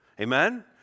Amen